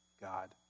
God